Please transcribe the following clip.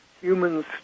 humans